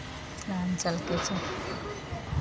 मिथिलाञ्चलके छै